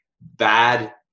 bad